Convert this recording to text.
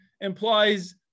implies